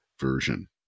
Version